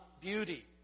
beauty